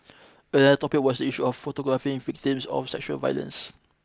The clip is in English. another topic was issue of photographing victims of sexual violence